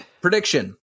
Prediction